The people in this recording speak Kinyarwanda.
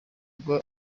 ubwo